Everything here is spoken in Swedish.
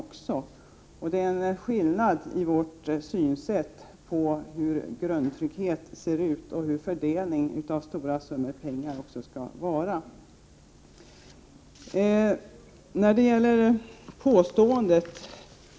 Vi har olika syn på hur grundtryggheten ser ut och på hur fördelningen av stora summor pengar skall ske.